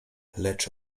lecz